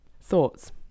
Thoughts